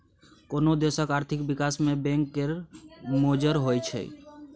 कोनो देशक आर्थिक बिकास मे बैंक केर बड़ मोजर होइ छै